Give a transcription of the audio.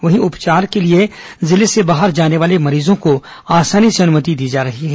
वहीं उपचार के लिए जिले से बाहर जाने वाले मरीजों को आसानी से अनुमति दी जा रही है